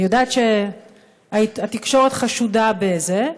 אני יודעת שהתקשורת חשודה בזה,